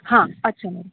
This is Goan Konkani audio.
हा अच्छा मॅडम